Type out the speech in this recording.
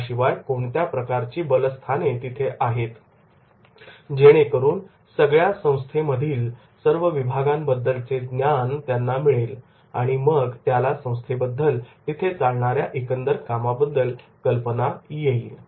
याशिवाय कोणत्या प्रकारची बलस्थाने तिथे आहेत जेणेकरून सगळ्या संस्थेमधील सर्व विभागांबद्दलचे ज्ञान त्याला मिळेल आणि मग त्याला संस्थेबद्दल तिथे चालणाऱ्या एकंदर कामाबद्दल कल्पना येईल